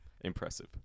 Impressive